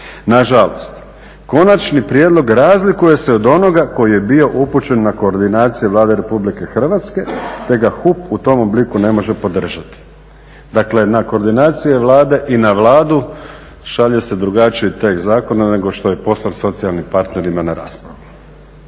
Nažalost, konačni prijedlog razlikuje se od onoga koji je bio upućen na koordinaciji Vlade RH te ga HUP u tom obliku ne može podržati." Dakle, na koordinaciji Vlade i na Vladu šalje se drugačiji tekst zakona nego što je poslan socijalnim partnerima na raspravu.